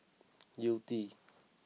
Yew Tee